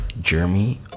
Jeremy